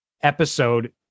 episode